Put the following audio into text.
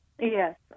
Yes